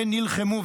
ונלחמו.